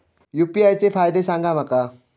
UPI चे फायदे सांगा माका?